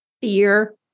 fear